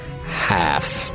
half